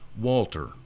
Walter